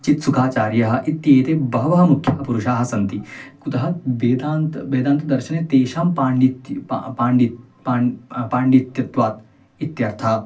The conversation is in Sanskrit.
चित्सुखाचार्यः इत्येते बहवः मुख्याः पुरुषाः सन्ति कुतः वेदान्त वेदान्तदर्शने तेषां पाण्डित्यं पा पाण्डित्यं पाण् पाण्डित्यत्वात् इत्यर्थः